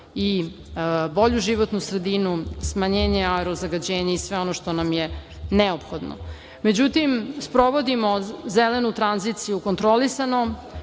i bolju životnu sredinu, smanjenje aerozagađenja i sve ono što nam je neophodno.Međutim, sprovodimo zelenu tranziciju kontrolisano,